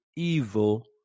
Evil